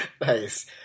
Nice